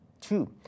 Two